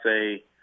say